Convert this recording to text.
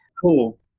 cool